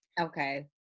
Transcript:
Okay